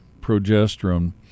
progesterone